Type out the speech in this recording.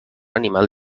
animal